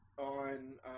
on